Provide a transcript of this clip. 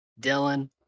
Dylan